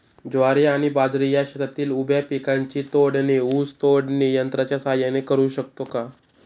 ज्वारी आणि बाजरी या शेतातील उभ्या पिकांची तोडणी ऊस तोडणी यंत्राच्या सहाय्याने करु शकतो का?